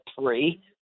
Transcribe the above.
three—